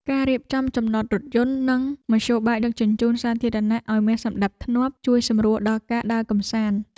ការរៀបចំចំណតរថយន្តនិងមធ្យោបាយដឹកជញ្ជូនសាធារណៈឱ្យមានសណ្តាប់ធ្នាប់ជួយសម្រួលដល់ការដើរកម្សាន្ត។